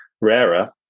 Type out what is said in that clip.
rarer